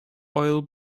oil